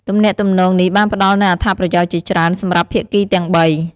ទំនាក់ទំនងនេះបានផ្តល់នូវអត្ថប្រយោជន៍ជាច្រើនសម្រាប់ភាគីទាំងបី។